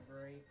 great